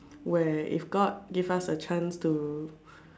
where if God give us a chance to